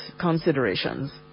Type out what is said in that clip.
considerations